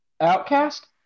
Outcast